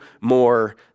more